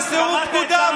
לסירוב פקודה,